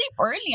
early